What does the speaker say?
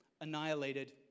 Annihilated